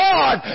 God